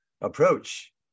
approach